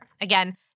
Again